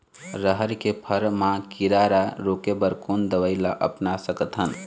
रहर के फर मा किरा रा रोके बर कोन दवई ला अपना सकथन?